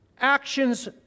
Actions